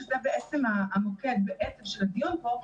שזה המוקד של הדיון פה,